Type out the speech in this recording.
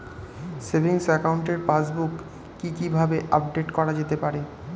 Savings একাউন্টের passbook কি কিভাবে আপডেট করা যেতে পারে?